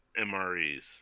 MREs